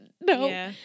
no